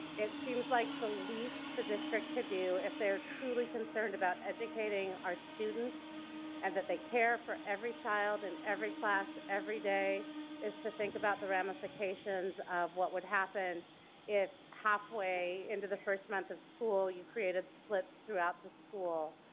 it seems like the least the district could do if they're truly concerned about educating our students and that they care for every child in and every classroom every day is to think about the ramifications of what would happen if halfway into the first month of school you created splits throughout the school.